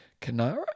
Canara